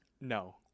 no